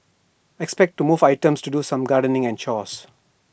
expect to move items to do some gardening and chores